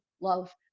love